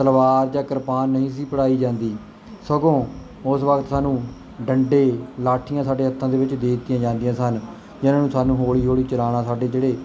ਤਲਵਾਰ ਜਾਂ ਕਿਰਪਾਨ ਨਹੀਂ ਸੀ ਫੜਾਈ ਜਾਂਦੀ ਸਗੋਂ ਉਸ ਵਕਤ ਸਾਨੂੰ ਡੰਟੇ ਲਾਠੀਆਂ ਸਾਡੇ ਹੱਥਾਂ ਦੇ ਵਿੱਚ ਦੇ ਦਿੱਤੀਆਂ ਜਾਂਦੀਆਂ ਸਨ ਜਿਹਨਾਂ ਨੂੰ ਸਾਨੂੰ ਹੌਲੀ ਹੌਲੀ ਚਲਾਉਣਾ ਸਾਡੇ ਜਿਹੜੇ